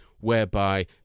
whereby